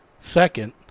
Second